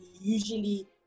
usually